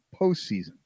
postseason